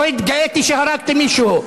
לא התגאיתי שהרגתי מישהו.